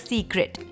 Secret।